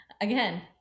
again